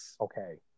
Okay